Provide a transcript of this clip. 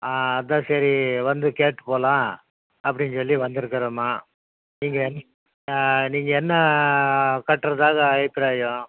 ஆ அதான் சரி வந்து கேட்டு போகலாம் அப்படின்னு சொல்லி வந்துருக்குறேம்மா நீங்கள் நீங்கள் என்ன கட்றதாக அபிப்ராயம்